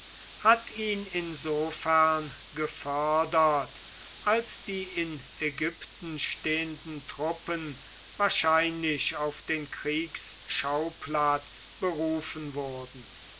hat ihn insofern gefördert als die in ägypten stehenden truppen wahrscheinlich auf den kriegsschauplatz berufen wurden